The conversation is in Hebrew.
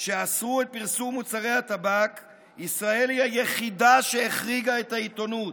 שאסרו את פרסום מוצרי הטבק ישראל היא היחידה שהחריגה את העיתונות.